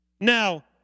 Now